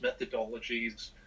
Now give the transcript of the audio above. methodologies